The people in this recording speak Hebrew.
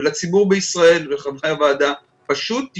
ולציבור בישראל וחברי הוועדה פשוט,